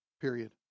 Period